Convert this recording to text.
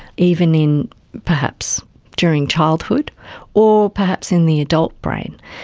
even in perhaps during childhood or perhaps in the adult brain.